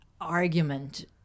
argument